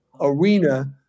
arena